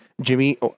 Jimmy